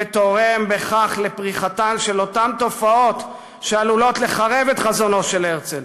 ותורם בכך לפריחתן של אותן תופעות שעלולות לחרב את חזונו של הרצל,